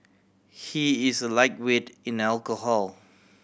he is a lightweight in alcohol